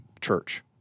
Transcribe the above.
church